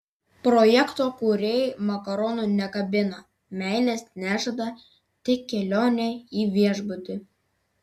projekto kūrėjai makaronų nekabina meilės nežada tik kelionę į viešbutį